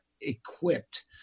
equipped